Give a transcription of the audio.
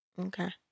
Okay